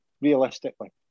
realistically